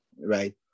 right